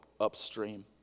upstream